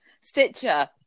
Stitcher